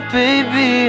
baby